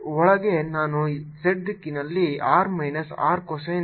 ಒಳಗೆ ನಾನು z ದಿಕ್ಕಿನಲ್ಲಿ R minus r cosine of phi minus phi prime ಅನ್ನು ಪಡೆಯುತ್ತೇನೆ